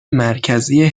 مرکزی